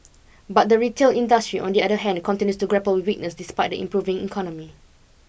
but the retail industry on the other hand continues to grapple weakness despite the improving economy